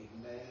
Amen